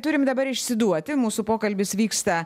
turim dabar išsiduoti mūsų pokalbis vyksta